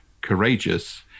courageous